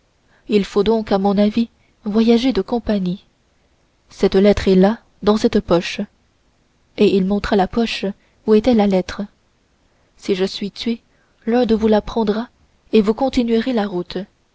il faut donc à mon avis voyager de compagnie cette lettre est là dans cette poche et il montra la poche où était la lettre si je suis tué l'un de vous la prendra et vous continuerez la route